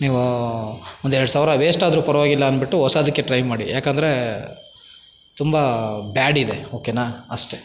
ನೀವು ಒಂದೆರ್ಡು ಸಾವಿರ ವೇಸ್ಟ್ ಆದರೂ ಪರವಾಗಿಲ್ಲ ಅಂದ್ಬಿಟ್ಟು ಹೊಸದಕ್ಕೆ ಟ್ರೈ ಮಾಡಿ ಏಕೆಂದ್ರೆ ತುಂಬ ಬ್ಯಾಡಿದೆ ಓಕೆನಾ ಅಷ್ಟೆ